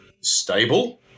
stable